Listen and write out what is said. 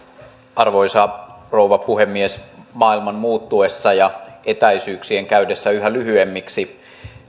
arvoisa rouva puhemies maailman muuttuessa ja etäisyyksien käydessä yhä lyhyemmiksi